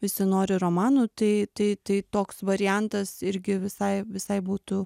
visi nori romanų tai tai tai toks variantas irgi visai visai būtų